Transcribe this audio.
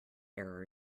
error